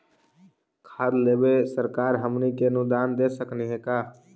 खाद लेबे सरकार हमनी के अनुदान दे सकखिन हे का?